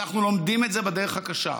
אנחנו לומדים את זה בדרך הקשה.